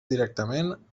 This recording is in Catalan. directament